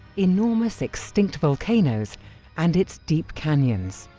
enormous extinct volcanoes and its deep canyons.